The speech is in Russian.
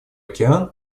океан